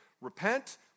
repent